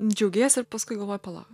džiaugiesi ir paskui galvoji pala